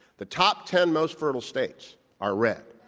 the top ten most fertile states are red.